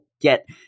get